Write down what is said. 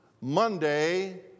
Monday